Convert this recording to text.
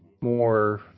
more